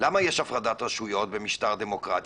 למה יש הפרדת רשויות במשטר דמוקרטי?